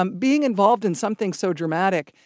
um being involved in something so dramatic,